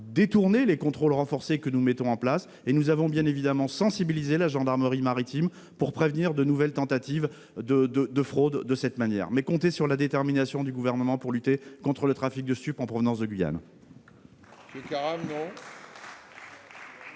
détourner les contrôles renforcés que nous mettons en place. Nous avons bien évidemment sensibilisé la gendarmerie maritime pour prévenir de nouvelles tentatives de fraude de cette manière. Vous pouvez compter sur la détermination du Gouvernement pour lutter contre le trafic de stupéfiants en provenance de Guyane.